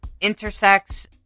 intersex